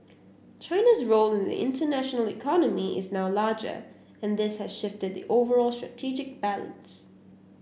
China's role in the international economy is now larger and this has shifted the overall strategic balance